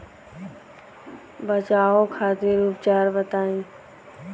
बचाव खातिर उपचार बताई?